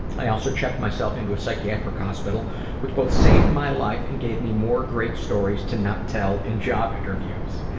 i also checked myself into a psychiatric hospital which both saved my life and gave me more great stories to not tell in job interviews.